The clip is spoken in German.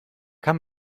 kann